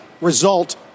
result